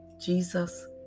Jesus